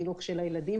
חינוך של הילדים,